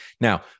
now